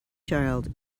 child